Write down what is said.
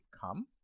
come